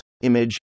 Image